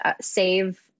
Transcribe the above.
save